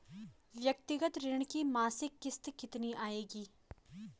व्यक्तिगत ऋण की मासिक किश्त कितनी आएगी?